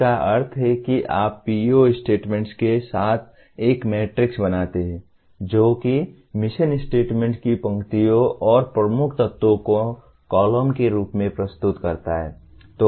इसका अर्थ है कि आप PEO स्टेटमेंट्स के साथ एक मैट्रिक्स बनाते हैं जो कि मिशन स्टेटमेंट्स की पंक्तियों और प्रमुख तत्वों को कॉलम के रूप में प्रस्तुत करता है